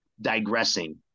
digressing